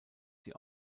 sie